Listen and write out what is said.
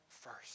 first